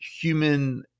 human